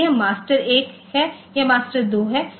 तो यह मास्टर 1 है यह मास्टर 2 है